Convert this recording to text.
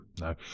No